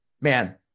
man